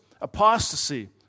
apostasy